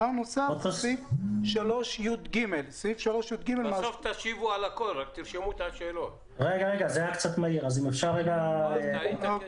סעיף 3יג שמאפשר לשר לתת פטור מלא למוצרים בכלל.